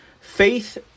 faith